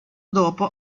dopo